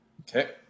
Okay